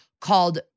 called